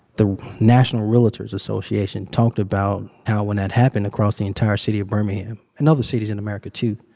the national realtors association talked about how when that happened across the entire city of birmingham and other cities in america, too